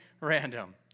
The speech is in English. random